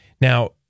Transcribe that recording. Now